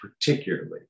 particularly